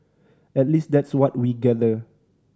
at least that's what we gather